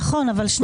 נכון, אבל שנייה.